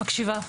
אני מקשיבה.